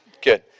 Good